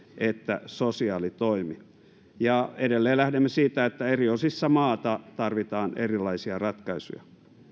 että sosiaalitoimi edelleen lähdemme siitä että eri osissa maata tarvitaan erilaisia ratkaisuja